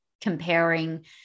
comparing